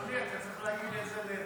לא, לא.